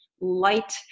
light